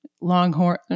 longhorn